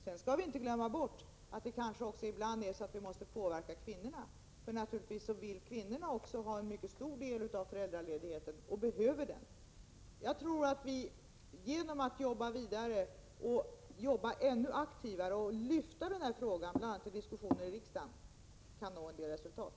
Sedan skall vi inte glömma bort att vi ibland också måste påverka kvinnorna. De vill naturligtvis ha, och behöver, en mycket stor del av föräldraledigheten. Jag tror att vi genom att jobba vidare ännu mer aktivt och lyfta fram frågan, bl.a. i diskussioner i riksdagen, kan nå en del resultat.